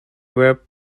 were